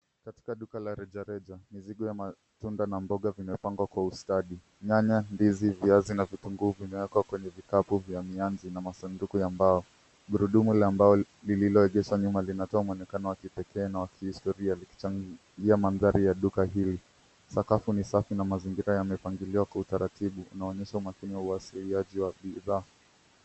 Katika duka la reja reja mizigo ya matunda na mboga zimepangwa kwa ustadi. Nyanya, ndizi, viazi na vitungu vimewekwa kwenye vikapu vya nyasi na masanduku ya mbao. Gurudumu la mbao lililo egeshwa nyuma linatoa mwonekano wa kipeke na wa kihistoria juu ya mandhari ya duka hili. Sakafu ni safi na mazingira yamepangiliwa kwa utaratibu inaonyesha umakini na uwasilishaji wa bidhaa.